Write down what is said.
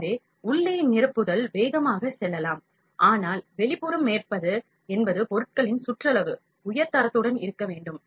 எனவே உள்ளே நிரப்புதல் வேகமாகச் செல்லலாம் ஆனால் வெளிப்புற மேற்பரப்பு என்பது பொருட்களின் சுற்றளவு உயர் தரத்துடன் இருக்க வேண்டும்